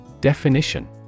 Definition